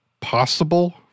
possible